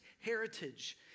heritage